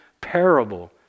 parable